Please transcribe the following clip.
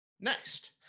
Next